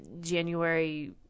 January